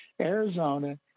Arizona